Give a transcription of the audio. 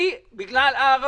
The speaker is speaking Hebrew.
אני בגלל הערבים.